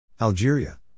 Algeria